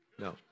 No